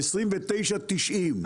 ב-29.90,